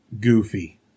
goofy